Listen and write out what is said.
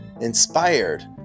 inspired